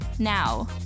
Now